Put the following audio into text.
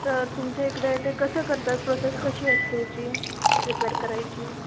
तर तुमच्या इकडे ते कसं करतात प्रोसेस कशी असते त्याची रिपेर करायची